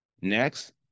Next